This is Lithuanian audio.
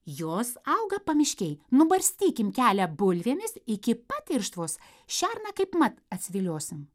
jos auga pamiškėj nubarstykim kelią bulvėmis iki pat irštvos šerną kaipmat atsiviliosim